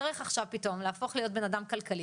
יצטרך עכשיו פתאום להפוך להיות בן אדם כלכלי